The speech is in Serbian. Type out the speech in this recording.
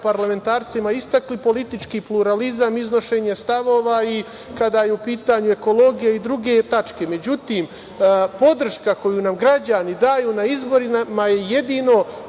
evroparlamentarcima istakli politički pluralizam, iznošenje stavova, i kada je u pitanju ekologija i druge tačke.Međutim, podrška koju nam građani daju na izborima je jedino